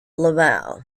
laval